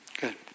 Good